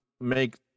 make